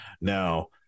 Now